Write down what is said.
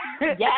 yes